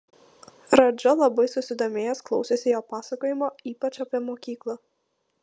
radža labai susidomėjęs klausėsi jo pasakojimo ypač apie mokyklą